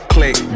Click